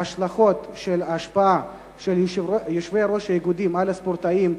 וההשלכות של ההשפעה של יושבי-ראש האיגודים על הספורטאים,